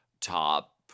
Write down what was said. top